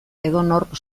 edonork